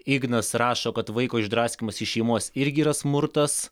ignas rašo kad vaiko išdraskymas iš šeimos irgi yra smurtas